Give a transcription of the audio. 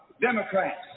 Democrats